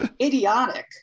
idiotic